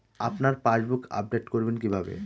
আপনার passbook update করবেন কিভাবে?